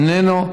איננו,